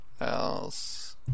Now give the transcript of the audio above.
else